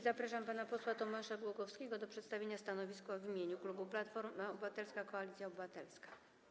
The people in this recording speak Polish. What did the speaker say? Zapraszam pana posła Tomasza Głogowskiego do przedstawienia stanowiska w imieniu klubu Platforma Obywatelska - Koalicja Obywatelska.